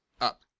up